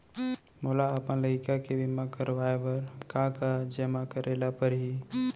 मोला अपन लइका के बीमा करवाए बर का का जेमा करे ल परही?